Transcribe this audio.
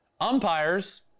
umpires